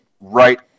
right